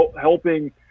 helping